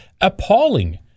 appalling